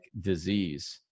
disease